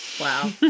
Wow